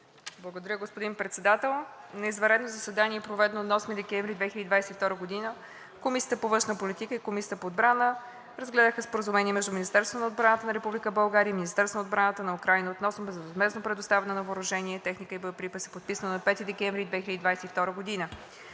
Благодаря, господин Председател. „На извънредно заседание, проведено на 8 декември 2022 г., Комисията по външна политика и Комисията по отбрана разгледаха Споразумението между Министерството на отбраната на Република България и Министерството на отбраната на Украйна относно безвъзмездно предоставяне на въоръжение, техника и боеприпаси, подписано на 5 декември 2022 г.